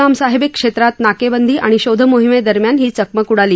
ma'am साहेब क्षेत्रात नाकेबंदी आणि शोधमोहिमेदरम्यान ही चकमक उडाली